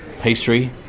pastry